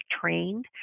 trained